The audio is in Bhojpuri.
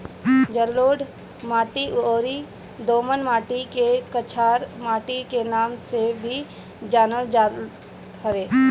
जलोढ़ माटी अउरी दोमट माटी के कछार माटी के नाम से भी जानल जात हवे